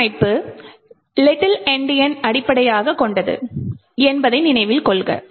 சீரமைப்பு லிட்டில் எண்டியனை அடிப்படையாகக் கொண்டது என்பதை நினைவில் கொள்க